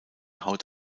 haut